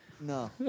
No